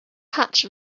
patch